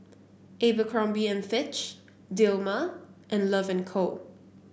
Abercrombie and Fitch Dilmah and Love and Co